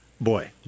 Boy